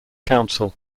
council